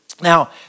Now